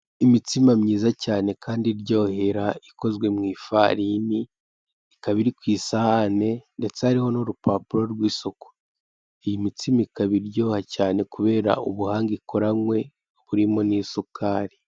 Imitsima myiza cyane kandi iryohera ikozwe mu ifarini ikaba iri ku isahani ndetse hariho n'urupapuro rw'isuku. Iyi mitsima ikaba iryoha cyane kubera ubuhanga ikoranywe harimo n'isukari'